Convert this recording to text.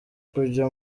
kujya